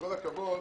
- בכל הכבוד,